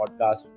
podcast